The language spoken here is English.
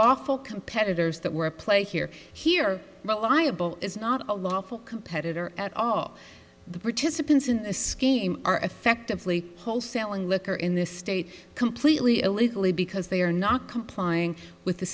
lawful competitors that were a play here here but i a bill is not a lawful competitor at all the participants in the scheme are effectively whole selling liquor in this state completely illegally because they are not complying with the